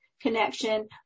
connection